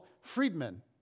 freedmen